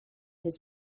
his